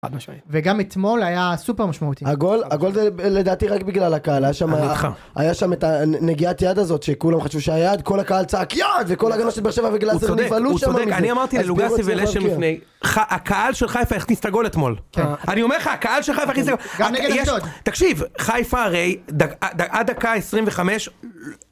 וגם אתמול היה סופר משמעותי. הגול הגול זה לדעתי רק בגלל הקהל. היה שם היה שם את הנגיעת יד הזאת שכולם חשבו שהיה כל הקהל צעק יד וכל ההגנה של באר שבע נבהלו שם מזה הוא צודק אני אמרתי ללוגסי ולשם. הקהל של חיפה הכניס את הגול אתמול. אני אומר לך הקהל של חיפה הכי זהו תקשיב חיפה הרי עד דקה-דקה עשרים וחמש.